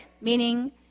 meaning